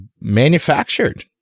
manufactured